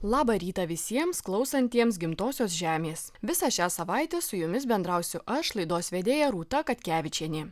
labą rytą visiems klausantiems gimtosios žemės visą šią savaitę su jumis bendrausiu aš laidos vedėja rūta katkevičienė